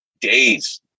days